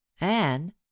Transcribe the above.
Anne